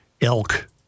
elk